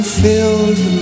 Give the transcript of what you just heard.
filled